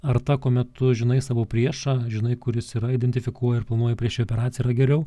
ar ta kuomet tu žinai savo priešą žinai kur jis yra identifikuoji ir planuoji prieš jį operaciją geriau